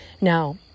Now